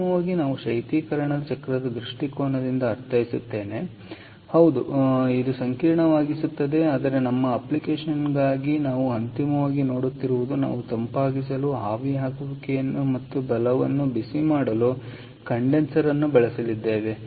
ಅಂತಿಮವಾಗಿ ನಾನು ಶೈತ್ಯೀಕರಣ ಚಕ್ರದ ದೃಷ್ಟಿಕೋನದಿಂದ ಅರ್ಥೈಸುತ್ತೇನೆ ಹೌದು ಇದು ಸಂಕೀರ್ಣವಾಗಿಸುತ್ತದೆ ಆದರೆ ನಮ್ಮ ಅಪ್ಲಿಕೇಶನ್ಗಾಗಿ ನಾವು ಅಂತಿಮವಾಗಿ ನೋಡುತ್ತಿರುವುದು ನಾವು ತಂಪಾಗಿಸಲು ಆವಿಯಾಗುವಿಕೆಯನ್ನು ಮತ್ತು ಬಲವನ್ನು ಬಿಸಿಮಾಡಲು ಕಂಡೆನ್ಸರ್ ಅನ್ನು ಬಳಸಲಿದ್ದೇವೆ